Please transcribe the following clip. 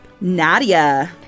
Nadia